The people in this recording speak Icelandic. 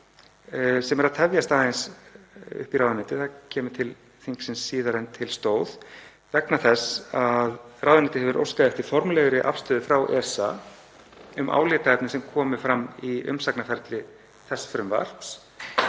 sem hefur tafist uppi í ráðuneyti og kemur til þingsins síðar en til stóð vegna þess að ráðuneytið hefur óskað eftir formlegri afstöðu frá ESA um álitaefni sem komu fram í umsagnarferli þess frumvarps.